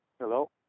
Hello